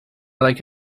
like